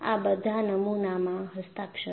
આ બધા નમૂનામાં હસ્તાક્ષર છે